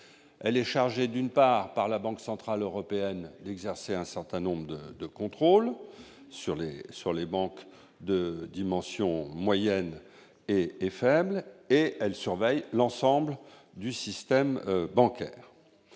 Elle est chargée par la Banque centrale européenne d'exercer un certain nombre de contrôles sur les banques de faible et moyenne dimensions et elle surveille l'ensemble du système bancaire.